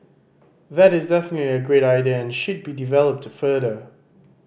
that is definitely a great idea and should be developed further